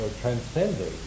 transcending